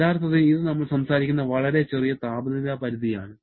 യഥാർത്ഥത്തിൽ ഇത് നമ്മൾ സംസാരിക്കുന്ന വളരെ ചെറിയ താപനില പരിധിയാണ്